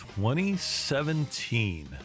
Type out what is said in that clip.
2017